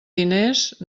diners